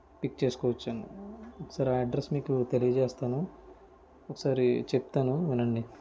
pick చేసుకోవచ్చు సరే ఆ అడ్రెస్ తెలియజేస్తాను ఒకసారి చెప్తాను వినండి